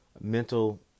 mental